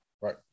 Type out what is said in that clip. Right